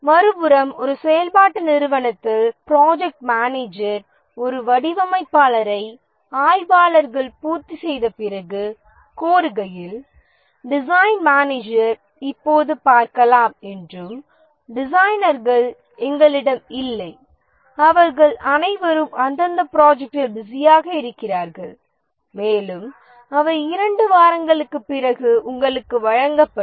மறுபுறம் ஒரு செயல்பாட்டு நிறுவனத்தில் ப்ராஜெக்ட் மேனேஜர் ஒரு வடிவமைப்பாளரை ஆய்வாளர்கள் பூர்த்தி செய்த பிறகு கோருகையில் டிசைன் மேனேஜர் இப்போது பார்க்கலாம் என்றும் டிசைனேர்கள் எங்களிடம் இல்லை அவர்கள் அனைவரும் அந்தந்த ப்ராஜெக்ட்களில் பிஸியாக இருக்கிறார்கள் மேலும் அவை 2 வாரங்களுக்குப் பிறகு உங்களுக்கு வழங்கப்படும்